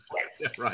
Right